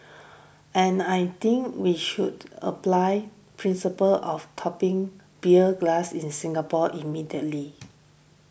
and I think we should apply principles of toppling beer glass in Singapore immediately